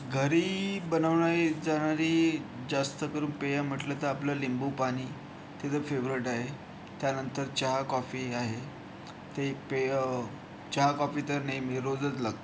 घरी बनवली जाणारी जास्त करून पेये म्हटलं तर आपलं लिंबू पाणी ते तर फेवरेट आहे त्यानंतर चहा कॉफी आहे ते पेय चहा कॉफी तर नेहमी रोजच लागतं